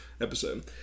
episode